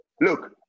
Look